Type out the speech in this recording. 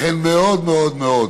לכן, מאוד מאוד מאוד